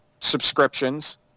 subscriptions